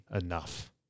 enough